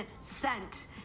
scent